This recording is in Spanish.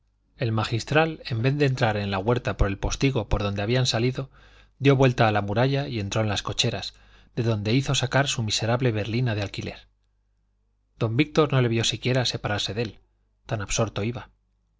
el magistral en vez de entrar en la huerta por el postigo por donde habían salido dio vuelta a la muralla y entró en las cocheras de donde hizo sacar su miserable berlina de alquiler don víctor no le vio siquiera separarse de él tan absorto iba